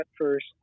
first